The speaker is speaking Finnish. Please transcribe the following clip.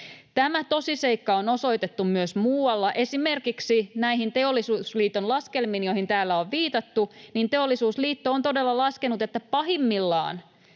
Tämä tosiseikka on osoitettu myös muualla, esimerkiksi näissä Teollisuusliiton laskelmissa, joihin täällä on viitattu. Teollisuusliitto on todella laskenut, että pahimmillaan